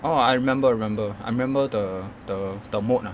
oh I remember I remember I remember the the the mood ah